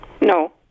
no